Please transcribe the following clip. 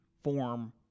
form